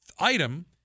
item